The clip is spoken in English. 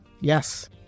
Yes